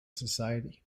society